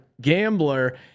Gambler